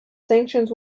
sanctions